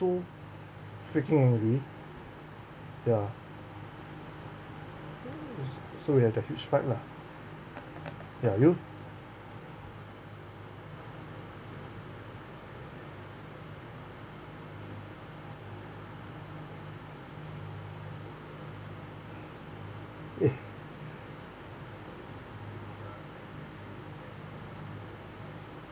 so freaking angry ya s~ so we had a huge fight lah ya you eh